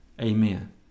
Amen